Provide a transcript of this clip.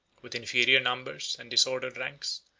with inferior numbers and disordered ranks,